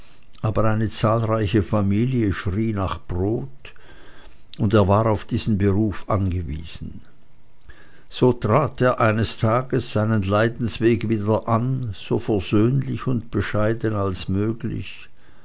aber eine zahlreiche familie schrie nach brot und er war auf diesen beruf angewiesen so trat er eines tages seinen leidensweg wieder an so versöhnlich und bescheiden als möglich